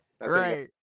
right